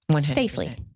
safely